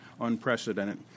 unprecedented